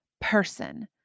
person